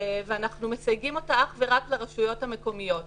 אנחנו מסייגים אותה אך ורק לרשויות המקומיות.